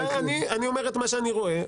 אני אומר את מה שאני רואה,